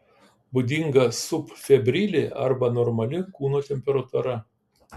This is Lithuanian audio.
būdinga subfebrili arba normali kūno temperatūra